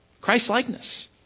Christ-likeness